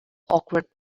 awkward